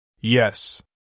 Yes